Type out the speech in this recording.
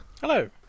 Hello